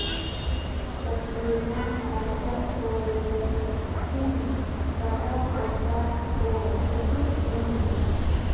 supplement item ᱠᱚ ᱞᱟᱹᱜᱤᱫ ᱤᱧ ᱯᱟᱨᱟᱵᱽ ᱚᱯᱷᱟᱨ ᱠᱚ ᱩᱫᱩᱜᱼᱟᱹᱧ ᱢᱮ